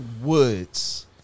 Woods